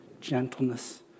gentleness